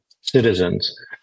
citizens